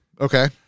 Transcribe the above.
Okay